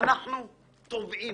אנחנו תובעים.